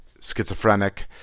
schizophrenic